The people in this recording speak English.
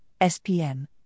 SPM